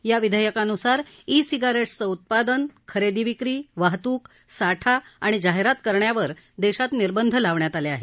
या विधेयकानुसार ई सिगारेट्सचं उत्पादन खरेदी विक्री वाहतूक साठा आणि जाहिरात करण्यावर देशात निर्बंध लावण्यात आले आहेत